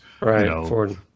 right